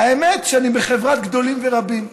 האמת שאני בחברת גדולים ורבים.